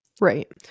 Right